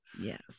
Yes